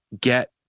get